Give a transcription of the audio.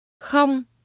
Không